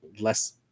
less